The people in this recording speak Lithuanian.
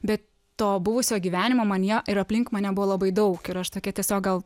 bet to buvusio gyvenimo manyje ir aplink mane buvo labai daug ir aš tokia tiesiog gal